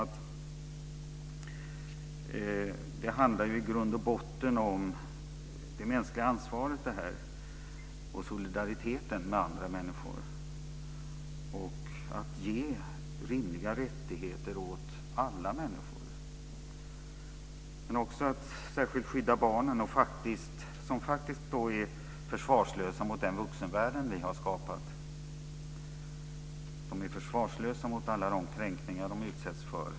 Det här handlar i grund och botten om det mänskliga ansvaret och solidariteten med andra människor, att ge rimliga rättigheter åt alla människor. Men det är också fråga om att skydda barnen, som faktiskt är försvarslösa mot den vuxenvärld vi har skapat. De är försvarslösa mot alla de kränkningar de utsätts för.